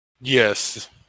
Yes